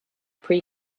pre